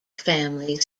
family